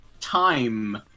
time